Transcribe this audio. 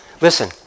listen